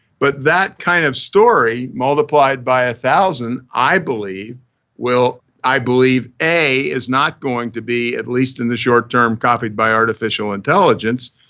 but that kind of story multiplied by a one thousand, i believe will, i believe a, is not going to be, at least in the short term, copied by artificial intelligence.